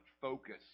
focus